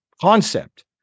concept